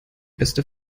beste